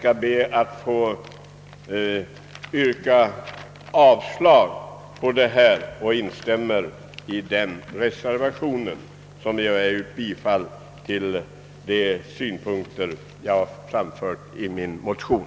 Jag ber att få yrka avslag på förslaget och bifall till reservationen som företräder de synpunkter jag har framfört i min motion.